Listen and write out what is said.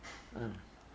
mm